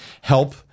help